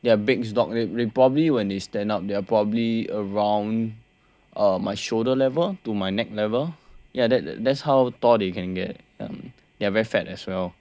they their big dogs probably when they stand up they're probably around uh my shoulder level to my neck level ya that that's how tall they can get then they're very fat as well